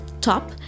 Top